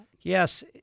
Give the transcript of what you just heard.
Yes